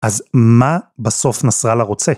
אז מה בסוף נסראללה רוצה?